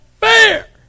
fair